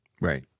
right